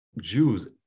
Jews